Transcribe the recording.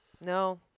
No